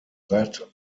that